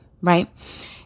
right